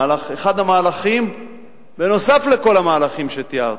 אחד המהלכים נוסף על כל המהלכים שתיארתי,